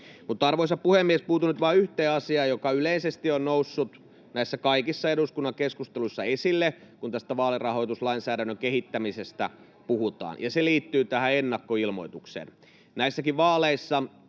Arvoisa puhemies! Puutun nyt vain yhteen asiaan, joka yleisesti on noussut näissä kaikissa eduskunnan keskusteluissa esille, kun tästä vaalirahoituslainsäädännön kehittämisestä puhutaan, ja se liittyy ennakkoilmoitukseen.